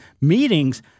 meetings